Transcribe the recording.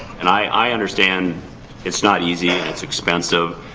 and i understand it's not easy and it's expensive.